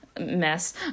mess